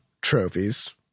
trophies